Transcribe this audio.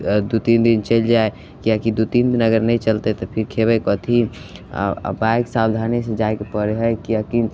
दु दुइ तीन दिन चलि जाइ किएकि दुइ तीन दिन अगर नहि चलतै तऽ फेर खएबै कथी आओर बाइक सावधानीसे जाइके पड़ै हइ किएकि